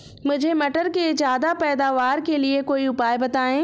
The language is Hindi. मुझे मटर के ज्यादा पैदावार के लिए कोई उपाय बताए?